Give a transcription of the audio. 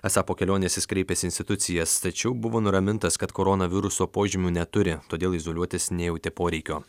esą po kelionės jis kreipėsi į institucijas tačiau buvo nuramintas kad koronaviruso požymių neturi todėl izoliuotis nejautė poreikio